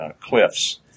cliffs